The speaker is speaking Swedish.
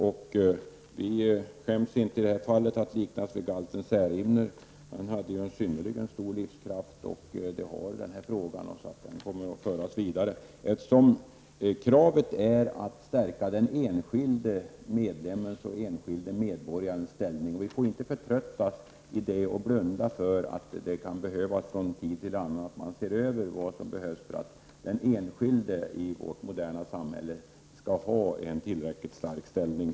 Vi skäms inte i det här fallet för att liknas vid galten Särimner. Den hade synnerligen stor livskraft. Det har den här frågan också, och den kommer att föras vidare. Målet är att stärka den enskilde medborgarens ställning. Vi får inte förtröttas och blunda för att lagen från tid till annan behöver ses över för att den enskilde i vårt moderna samhälle skall få en tillräckligt stark ställning.